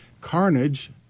carnage